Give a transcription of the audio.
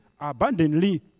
abundantly